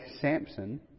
Samson